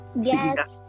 Yes